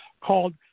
called